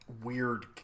weird